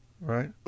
right